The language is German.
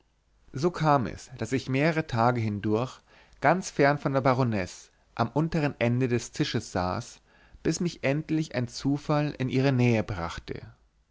so kam es daß ich mehrere tage hindurch ganz fern von der baronesse am untern ende des tisches saß bis mich endlich ein zufall in ihre nähe brachte